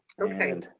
Okay